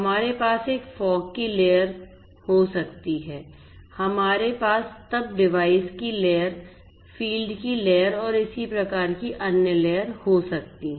हमारे पास एक फोग की लेयर हो सकती है हमारे पास तब डिवाइस की लेयर फ़ील्ड की लेयर और और इसी प्रकार की अन्य लेयर हो सकती है